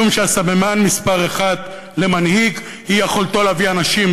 משום שהסממן מספר אחת למנהיג הוא יכולתו להביא אנשים,